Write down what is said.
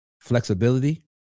flexibility